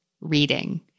reading